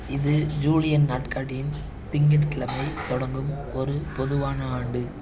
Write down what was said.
இது ஜூலியன் நாட்காட்டியின் திங்கட்கிழமை தொடங்கும் ஒரு பொதுவான ஆண்டு